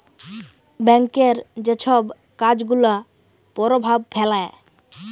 ব্যাংকের যে ছব কাজ গুলা পরভাব ফেলে